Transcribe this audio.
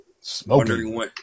Smoking